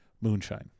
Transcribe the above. moonshine